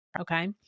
okay